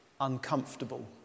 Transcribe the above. uncomfortable